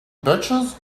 birches